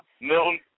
Milton